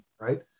Right